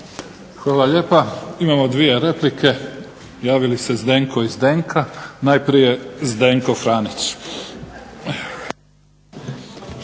Hvala lijepa. Imamo 2 replike, javili se Zdenko i Zdenka. Najprije Zdenko Franić.